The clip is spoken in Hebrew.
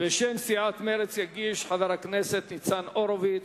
בשם סיעת מרצ יגיש חבר הכנסת ניצן הורוביץ.